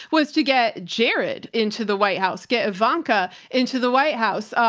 was to get jared into the white house, get ivanka into the white house. ah,